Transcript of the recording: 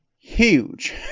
huge